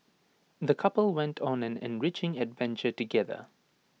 the couple went on an enriching adventure together